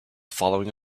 following